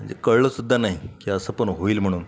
म्हणजे कळलंसुद्धा नाही की असं पण होईल म्हणून